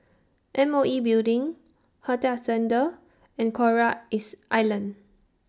M O E Building Hotel Ascendere and Coral IS Island